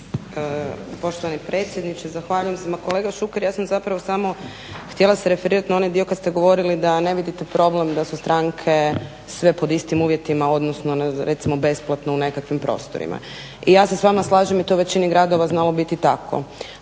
Poštovani predsjedniče, zahvaljujem se. Ma kolega Šuker ja sam zapravo samo htjela se referirati na onaj dio kad ste govorili da ne vidite problem da su stranke sve pod istim uvjetima, odnosno recimo besplatno u nekakvim prostorima. I ja se s vama slažem i to je u većini gradova znalo biti tako,